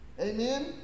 Amen